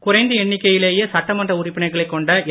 குறைந்த எண்ணிக்கையிலேயே சட்டமன்ற உறுப்பினர்களைக் கொண்ட என்